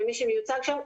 ומי שמיוצג שם,